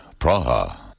Praha